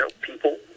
People